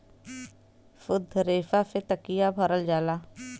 सुद्ध रेसा से तकिया भरल जाला